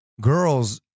girls